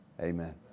Amen